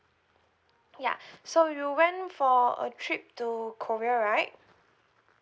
ya so you went for a trip to korea right